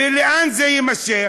ולאן זה יימשך?